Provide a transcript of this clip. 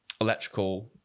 electrical